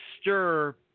STIR